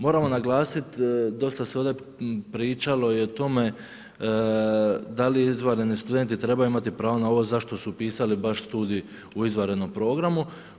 Moramo naglasiti, dosta se ovdje pričalo o tome da li izvanredni studenti trebaju imati pravo na ovo, zašto su upisali baš studij u izvanrednom programu.